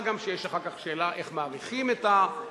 מה גם שיש אחר כך שאלה איך מאריכים את המינוי,